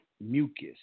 mucus